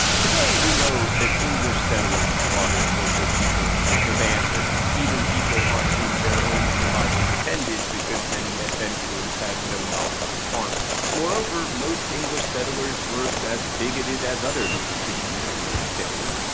today we know that english settlers slaughtered local peoples with abandon even people on whom their own survival depended because many adventurers had no knowledge of farming. moreover most english settlers were as bigoted as other europeans in those days.